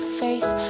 face